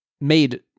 made